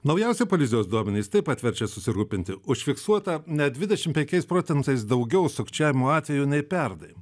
naujausi policijos duomenys taip pat verčia susirūpinti užfiksuota net dvidešim penkiais procentais daugiau sukčiavimo atvejų nei pernai